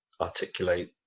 articulate